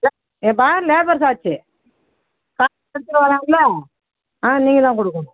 ஏ ஏப்பா labour charge காய்கறி எடுத்துகிட்டு வராங்கல்லே ஆ நீங்கள் தான் கொடுக்குணும்